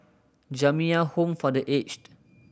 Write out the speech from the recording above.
Jamiyah Home for The Aged